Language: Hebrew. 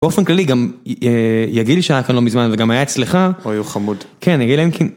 באופן כללי גם יגיל שהיה כאן לא מזמן, וגם היה אצלך. אוי הוא חמוד. כן יגיל אלקין